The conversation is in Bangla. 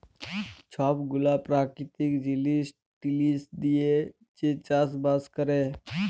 ছব গুলা পেরাকিতিক জিলিস টিলিস দিঁয়ে যে চাষ বাস ক্যরে